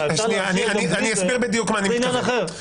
זה עניין אחר.